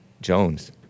Jones